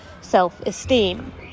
self-esteem